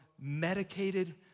medicated